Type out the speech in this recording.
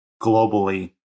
globally